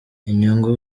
inyungu